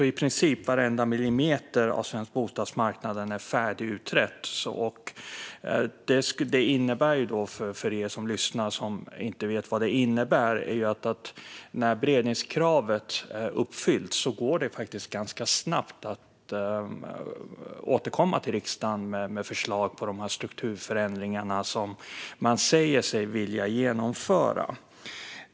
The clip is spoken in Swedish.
I princip varenda millimeter av svensk bostadsmarknad är färdigutredd. För er som lyssnar och inte vet vad detta innebär kan jag säga att det när beredningskravet uppfyllts faktiskt går ganska snabbt att återkomma till riksdagen med förslag på de strukturförändringar som man säger sig vilja genomföra.